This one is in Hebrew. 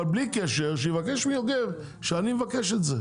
אבל בלי קשר שיבקש מיוגב שאני מבקש את זה,